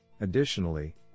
Additionally